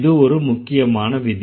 இது ஒரு முக்கியமான விதி